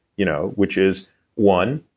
you know which is one,